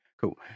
Cool